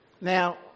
now